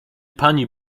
pani